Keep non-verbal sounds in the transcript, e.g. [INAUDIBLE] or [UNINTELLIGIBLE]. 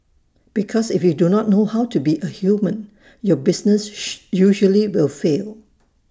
because if you do not know to be A human your business [UNINTELLIGIBLE] usually will fail